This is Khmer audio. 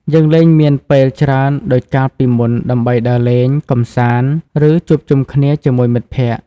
យើងលែងមានពេលច្រើនដូចកាលពីមុនដើម្បីដើរលេង កម្សាន្ត ឬជួបជុំគ្នាជាមួយមិត្តភក្តិ។